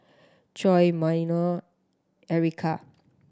Coy Myah Ericka